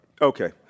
Okay